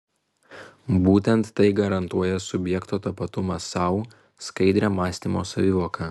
būtent tai garantuoja subjekto tapatumą sau skaidrią mąstymo savivoką